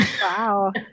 Wow